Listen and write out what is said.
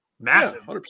Massive